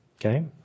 Okay